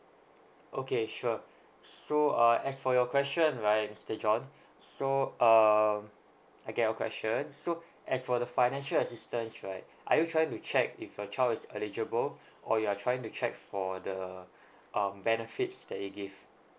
okay sure so uh as for your question right mister john so err I get questions so as for the financial assistance right are you trying to check if your child is eligible or you are trying to check for the um benefits that it give